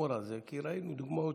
לשמור על זה, כי ראינו דוגמאות